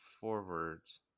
forwards